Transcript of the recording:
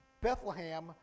Bethlehem